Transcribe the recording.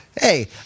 hey